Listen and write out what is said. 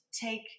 take